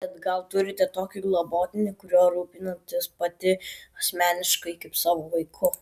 bet gal turite tokį globotinį kuriuo rūpinatės pati asmeniškai kaip savo vaiku